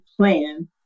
plan